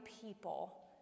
people